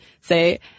say